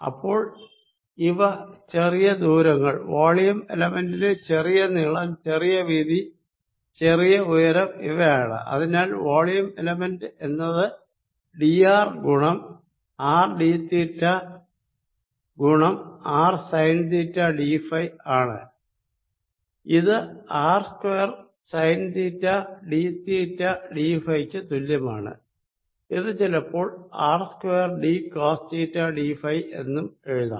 അപ്പോൾ ഇവ ചെറിയ ദൂരങ്ങൾ വോളിയം എലെമെന്റിന്റെ ചെറിയ നീളം ചെറിയ വീതി ചെറിയ ഉയരം ഇവയാണ് അതിനാൽ വോളിയം എലമെന്റ് എന്നത് ഡി ആർ ഗുണം ആർ ഡി തീറ്റ ഗുണം R sine theta D phi ആണ് ഇത് R square sine theta D theta D phi ക്ക് തുല്യമാണ് ഇത് ചിലപ്പോൾ R square D cos theta D phi എന്നും എഴുതാം